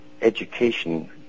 education